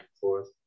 forth